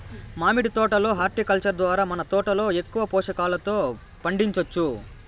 మామిడి తోట లో హార్టికల్చర్ ద్వారా మన తోటలో ఎక్కువ పోషకాలతో పండించొచ్చు